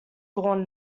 gone